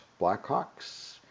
Blackhawks